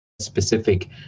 specific